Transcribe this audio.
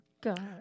God